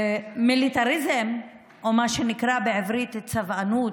מיליטריזם, או מה שנקרא בעברית "צבאנות",